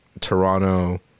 Toronto